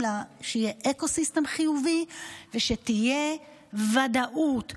שיהיה אקוסיסטם חיובי ושתהיה ודאות.